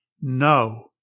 no